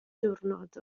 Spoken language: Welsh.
diwrnod